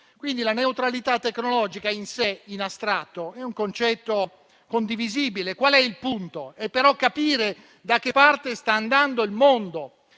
quindi la neutralità tecnologica in sé, in astratto, è un concetto condivisibile. Il punto però è capire da che parte sta andando il mondo